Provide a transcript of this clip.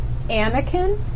Anakin